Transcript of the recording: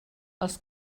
als